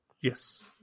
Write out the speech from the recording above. Yes